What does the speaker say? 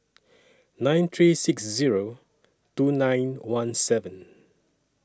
nine three six Zero two nine one seven